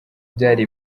byari